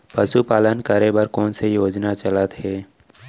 पशुपालन करे बर कोन से योजना चलत हे?